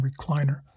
recliner